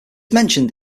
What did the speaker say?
mentioned